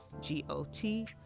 G-O-T